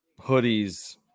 hoodies